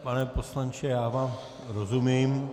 Pane poslanče, já vám rozumím.